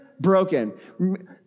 broken